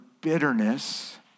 bitterness